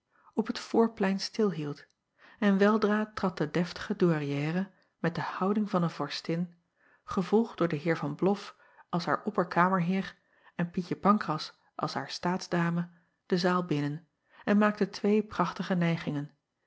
op het voorplein stilhield en weldra trad de deftige ouairière met de houding van een vorstin gevolgd door den eer an loff als haar opperkamerheer en ietje ancras als haar staatsdame de zaal binnen en maakte twee prachtige nijgingen